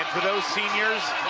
for those seniors,